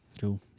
cool